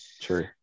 True